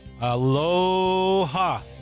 aloha